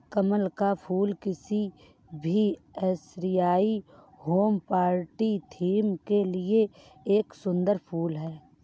कमल का फूल किसी भी एशियाई होम पार्टी थीम के लिए एक सुंदर फुल है